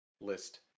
list